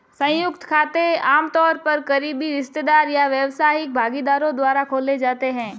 संयुक्त खाते आमतौर पर करीबी रिश्तेदार या व्यावसायिक भागीदारों द्वारा खोले जाते हैं